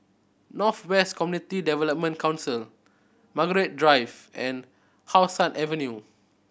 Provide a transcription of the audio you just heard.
North West Community Development Council Margaret Drive and How Sun Avenue